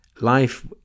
life